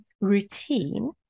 routine